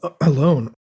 alone